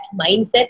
mindset